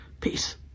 Peace